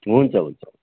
हुन्छ हुन्छ हुन्छ